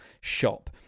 shop